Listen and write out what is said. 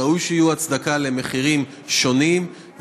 ראוי שתהיה הצדקה למחירים שונים,